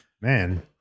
man